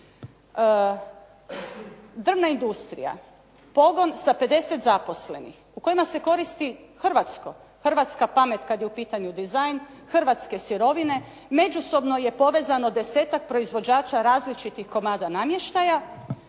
Drvna industrija, pogon sa 50 zaposlenih u kojima se koristi hrvatsko, hrvatska pamet kad je u pitanju dizajn hrvatske sirovine, međusobno je povezano desetak proizvođača različitih komada namještaja